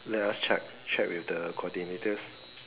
let us check check with the coordinators